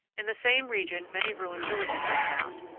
in the same region many ruined villages are found.